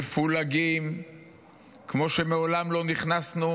מפולגים כמו שמעולם לא נכנסנו.